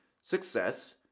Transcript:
success